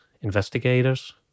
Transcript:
investigators